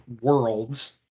worlds